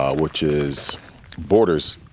ah which is borders',